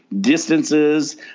distances